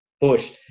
push